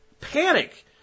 panic